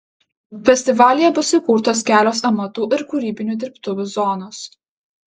festivalyje bus įkurtos kelios amatų ir kūrybinių dirbtuvių zonos